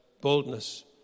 boldness